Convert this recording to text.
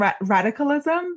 radicalism